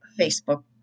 Facebook